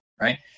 right